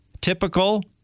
typical